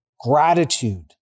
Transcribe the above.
gratitude